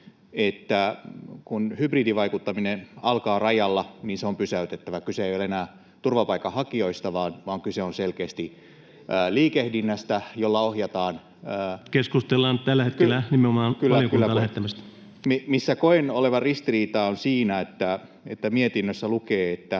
että kun hybridivaikuttaminen alkaa rajalla, niin se on pysäytettävä — kyse ei ole enää turvapaikanhakijoista, vaan kyse on selkeästi liikehdinnästä, jolla ohjataan... Kyllä, kyllä. — Se, missä koen olevan ristiriitaa, on se, että mietinnössä lukee, että